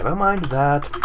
yeah mind that.